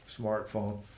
smartphone